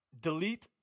Delete